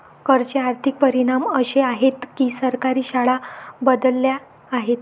कर चे आर्थिक परिणाम असे आहेत की सरकारी शाळा बदलल्या आहेत